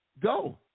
go